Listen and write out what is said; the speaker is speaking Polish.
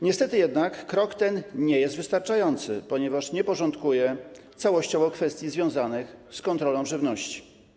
Niestety jednak krok ten nie jest wystarczający, ponieważ nie porządkuje całościowo kwestii związanych z kontrolą żywności.